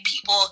people